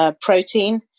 protein